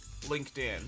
LinkedIn